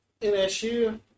NSU